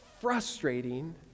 frustrating